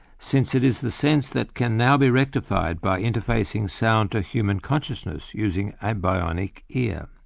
since it is the sense that can now be rectified by interfacing sound to human consciousness using a bionic ear.